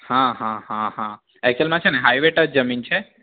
હા હા હા હા એકચ્યુલમાં છે ને હાઇવે ટચ જમીન છે